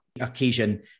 occasion